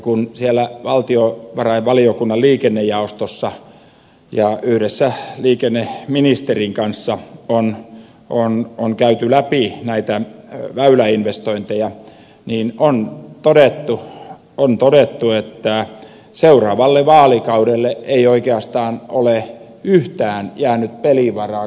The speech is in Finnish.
kun siellä valtiovarainvaliokunnan liikennejaostossa ja yhdessä liikenneministerin kanssa on käyty läpi näitä väyläinvestointeja niin on todettu että seuraavalle vaalikaudelle ei oikeastaan ole yhtään jäänyt pelivaraa